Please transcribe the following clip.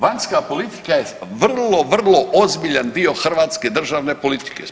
Vanjska politika je vrlo, vrlo ozbiljan dio hrvatske državne politike.